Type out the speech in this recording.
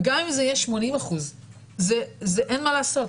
וגם אם זה יהיה 80%, אין מה לעשות.